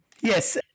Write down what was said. Yes